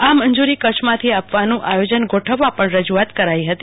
આ મજુરી કચ્છમાંથી આપવાનું આયોજન ગોઠવવા પણ રજુઆત કરાઈ હતી